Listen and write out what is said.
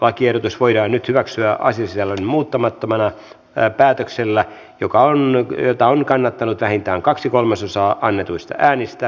lakiehdotus voidaan nyt hyväksyä asiasisällöltään muuttamattomana päätöksellä jota on kannattanut vähintään kaksi kolmasosaa annetuista äänistä tai hylältä